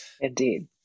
Indeed